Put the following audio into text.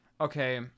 Okay